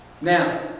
Now